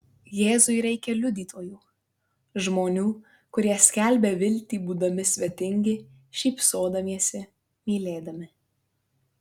jėzui reikia liudytojų žmonių kurie skelbia viltį būdami svetingi šypsodamiesi mylėdami